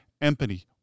empathy